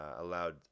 allowed